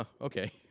Okay